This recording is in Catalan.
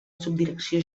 subdirecció